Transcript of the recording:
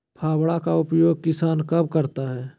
फावड़ा का उपयोग किसान कब करता है?